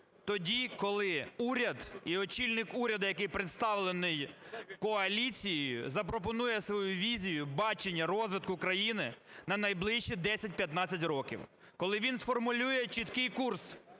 тоді, коли уряд і очільник уряду, який представлений коаліцією, запропонує свою візію, бачення розвитку України на найближчі 10-15 років, коли він сформулює чіткий курс